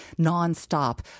non-stop